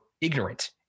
ignorant